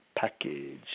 package